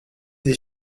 des